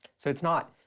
so it's not